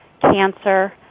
cancer